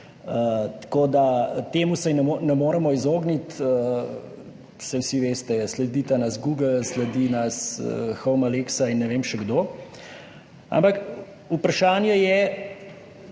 Temu se ne moremo izogniti. Saj vsi veste, sledi nam Google, sledi nam Home, Alexa in ne vem še kdo. Ampak vprašanje je,